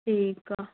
ਠੀਕ ਆ